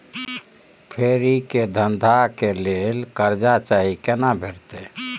फेरी के धंधा के लेल कर्जा चाही केना भेटतै?